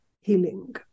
healing